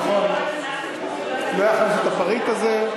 נכון, לא הכנסנו את הפריט הזה.